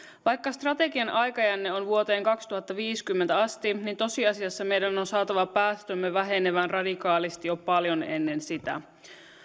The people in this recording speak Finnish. vaikka strategian aikajänne on vuoteen kaksituhattaviisikymmentä asti niin tosiasiassa meidän on saatava päästömme vähenemään radikaalisti jo paljon ennen sitä